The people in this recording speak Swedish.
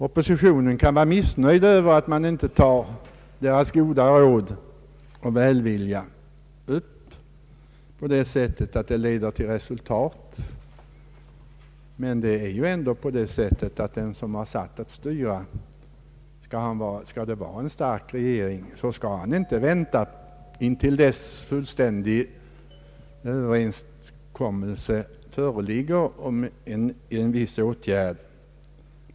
Oppositionen kan vara missnöjd över att deras goda råd och deras välvilja inte leder till resultat, men en stark regering kan inte vänta till dess fullständig enighet råder om en viss åtgärd.